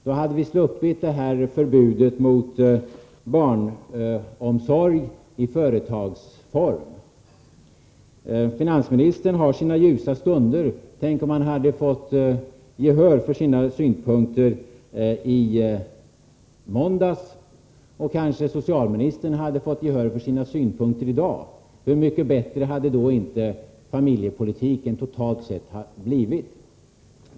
Då hade vi sluppit förbudet mot barnomsorg i företagsform. Finansministern har sina ljusa stunder. Tänk om han hade fått gehör för sina synpunkter i måndags, och om socialministern kanske hade fått gehör för sina synpunkter i dag. Hur mycket bättre hade då inte familjepolitiken totalt sett blivit!